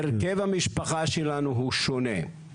הרכב המשפחה שלנו הוא שונה.